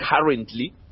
currently